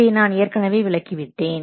இதை நான் ஏற்கனவே விளக்கி விட்டேன்